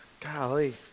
Golly